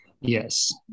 Yes